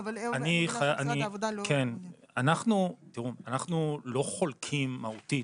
לא אבל --- משרד העבודה לא --- אנחנו לא חולקים מהותית,